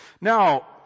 now